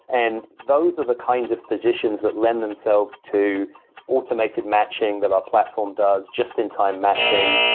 and those are the kind of positions that lend themselves to automated matching that our platform does, just in time matching.